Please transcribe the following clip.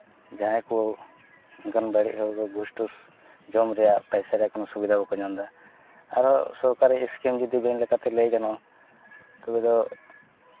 ᱡᱟᱦᱟᱸᱭ ᱠᱚ ᱚᱱᱠᱟᱱ ᱵᱟᱹᱲᱤᱡ ᱦᱚᱲ ᱠᱚ ᱜᱷᱩᱥᱴᱩᱥ ᱡᱚᱢ ᱨᱮᱭᱟᱜ ᱯᱚᱭᱥᱟ ᱨᱮᱭᱟᱜ ᱠᱳᱱᱳ ᱥᱩᱵᱤᱫᱷᱟ ᱵᱟᱠᱚ ᱧᱟᱢ ᱮᱫᱟ ᱟᱨᱚ ᱥᱚᱨᱠᱟᱨᱤ ᱥᱠᱤᱢ ᱡᱩᱫᱤ ᱵᱮᱝᱠ ᱞᱮᱠᱟᱛᱮ ᱞᱟᱹᱭ ᱜᱟᱱᱚᱜᱼᱟ ᱛᱚᱵᱮ ᱫᱚ